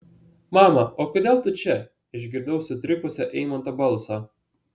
mama o kodėl tu čia išgirdau sutrikusio eimanto balsą